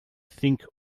think